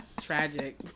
tragic